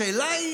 השאלה היא